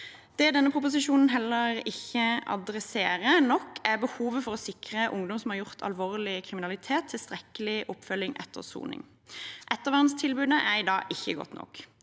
Det denne proposisjonen heller ikke adresserer nok, er behovet for å sikre ungdom som har begått alvorlig kriminalitet, tilstrekkelig oppfølging etter soning. Ettervernstilbudet er i dag ikke godt nok.